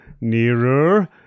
nearer